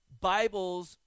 Bibles